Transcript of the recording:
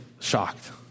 Shocked